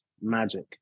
magic